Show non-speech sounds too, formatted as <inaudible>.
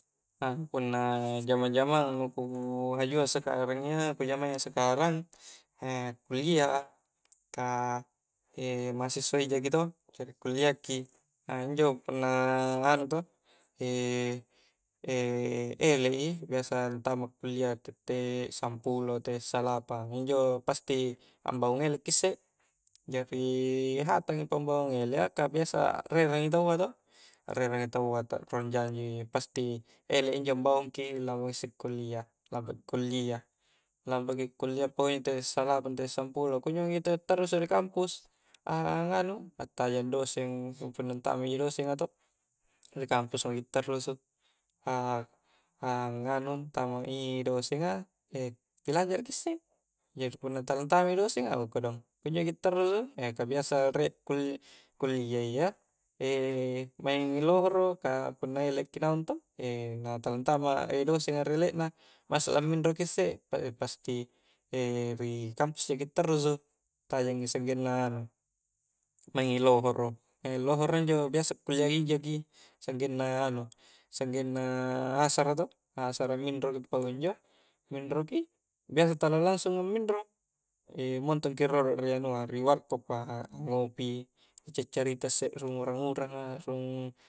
<hesitation> punna jama-jamang nu ku hajua sekarang iya ku jama iya sekarang <hesitation> kullia a ka mahasiswa i jaki to, jari kullia ki <hesitation> injo punna anu to <hesitation> elek i biasa antama kullia tette sampulo tette salapang, injo pasti ambaung elekki isse jari hatangi pambaungang elek a ka biasa akrerangi taua toh akrerang i tua ta ruang jang ji, pasti elek injo ambaung ki lampa maki isse kullia lampaki kullia lampaki kullia apakunjo tetta salapang tette sampulo kunjo maki tarru tarrusu ri kampus <hesitation> nganu attajang doseng punna antama ji injo dosenga todo ri kampus a maki tarrusu a a nagnu antama i dosenga <hesitation> pilajara ki isse jari punna tala antama i dosenga okkodong kunjo maki tarrusu <hesitation> ka biasa riek kul-kulliayya <hesitation> maingi lohoro ka punna elek ki naung to, <hesitation> na tala antama <hesitation> dosenga ri elek na masa laminro ki isse pa-pasti <hesitation> ri kampus jaki tarrusu tajangi sanggenna anu maingi lohoro <hesitation> lohoro injo biasa kullia i jaki sanggenna anu sanggenna asara to, asara minroki pakunjo minroki biasa tala langsunga aminro <hesitation> montong ki rolo ri anu a ri warkop a ngopi cari-carita isse rung urang-uranga rung